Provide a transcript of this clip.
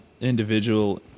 individual